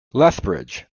lethbridge